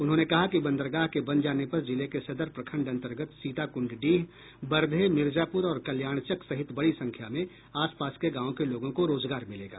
उन्होंने कहा कि बंदरगाह के बन जाने पर जिले के सदर प्रखंड अंतर्गत सीताकुंड डीह बरधे मिर्जापुर और कल्याणचक सहित बड़ी संख्या में आसपास के गांवों के लोगों को रोजगार मिलेगा